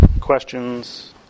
questions